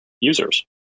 users